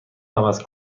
عوض